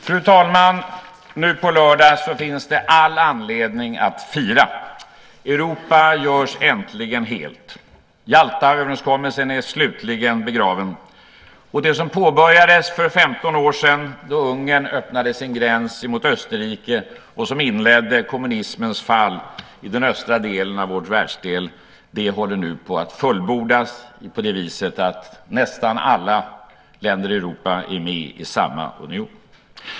Fru talman! Nu på lördag finns det all anledning att fira. Europa görs äntligen helt. Jaltaöverenskommelsen är slutligen begraven. Det som påbörjades för 15 år sedan då Ungern öppnade sin gräns mot Österrike, och som inledde kommunismens fall i den östra delen av vår världsdel, håller nu på att fullbordas på det viset att nästan alla länder i Europa är med i samma union.